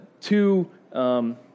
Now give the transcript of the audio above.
two